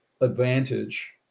advantage